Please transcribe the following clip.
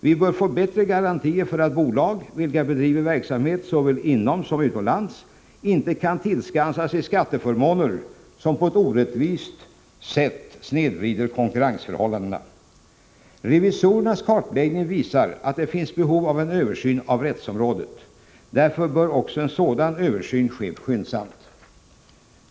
Vi bör få bättre garantier för att bolag vilka bedriver verksamhet såväl inom landet som utomlands inte kan tillskansa sig skatteförmåner som på ett orättvist sätt snedvrider konkurrensförhållandena. Revisorernas kartläggning visar att det finns behov av en översyn av rättsområdet. Därför bör också en sådan översyn ske skyndsamt.